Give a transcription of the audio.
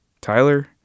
Tyler